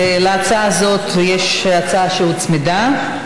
להצעה זו יש הצעה שהוצמדה,